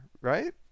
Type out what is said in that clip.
right